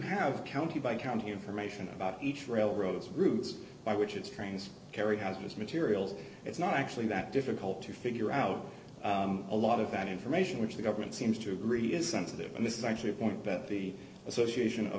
have county by county information about each railroads routes by which its trains carry has materials it's not actually that difficult to figure out a lot of that information which the government seems to agree is sensitive and this is actually a point that the association of